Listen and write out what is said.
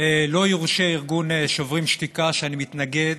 לא יורשה ארגון שוברים שתיקה, שאני מתנגד